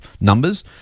numbers